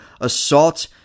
assault